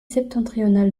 septentrionale